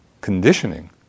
conditioning